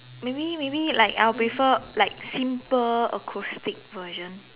maybe maybe like I will prefer like simple acoustic version